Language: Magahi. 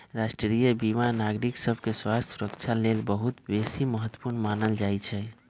राष्ट्रीय बीमा नागरिक सभके स्वास्थ्य सुरक्षा लेल बहुत बेशी महत्वपूर्ण मानल जाइ छइ